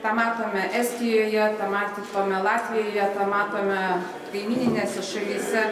tą matome estijoje tą matome latvijoje tą matome kaimyninėse šalyse